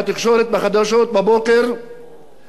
מדברים שזה על רקע לאומני,